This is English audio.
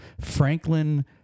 Franklin